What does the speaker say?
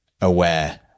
aware